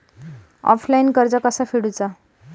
Offline कर्ज कसा फेडूचा?